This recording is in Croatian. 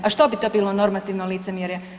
A što bi to bilo normativno licemjerje?